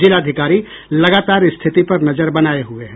जिलाधिकारी लगातार स्थिति पर नजर बनाए हुए हैं